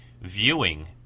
viewing